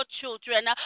children